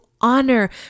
honor